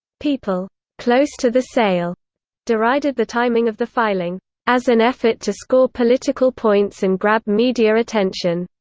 people close to the sale derided the timing of the filing as an effort to score political points and grab media attention,